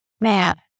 man